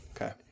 Okay